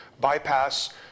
bypass